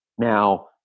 Now